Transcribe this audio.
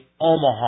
Omaha